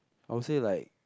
I will say like